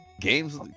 Games